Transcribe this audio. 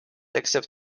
accept